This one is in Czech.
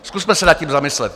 Zkusme se nad tím zamyslet.